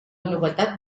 novetat